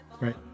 right